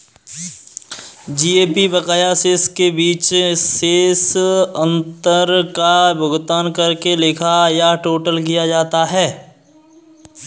GAP बकाया शेष के बीच शेष अंतर का भुगतान करके लिखा या टोटल किया जाता है